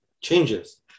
changes